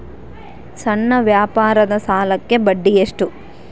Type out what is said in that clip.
ಸಣ್ಣ ವ್ಯಾಪಾರದ ಸಾಲಕ್ಕೆ ಬಡ್ಡಿ ಎಷ್ಟು?